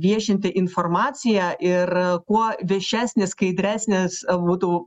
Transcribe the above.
viešinti informaciją ir kuo viešesnis skaidresnis būtų